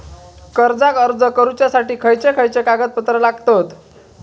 कर्जाक अर्ज करुच्यासाठी खयचे खयचे कागदपत्र लागतत